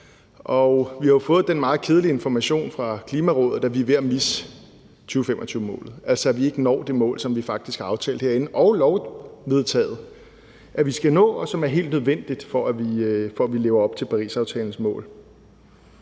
vi har jo fået den meget kedelige information fra Klimarådet, at vi er ved at misse 2025-målet, altså at vi ikke når det mål, som vi faktisk har aftalt herinde og vedtaget ved lov at vi skal nå, og som er helt nødvendigt, for at vi lever op til Parisaftalens mål.